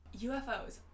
UFOs